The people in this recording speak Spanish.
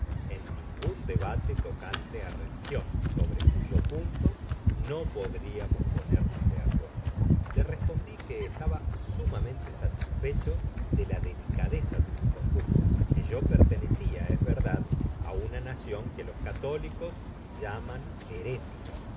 en ningun debate tocante á religion sobre cuyo punto no podriamos ponernos de acuerdo le respondi que estaba sumamente satisfecho de la delicadeza de su conducta que yo pertenecía es verdad á una nacion que los católicos llaman herética